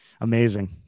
Amazing